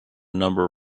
number